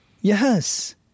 Yes